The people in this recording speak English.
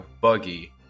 buggy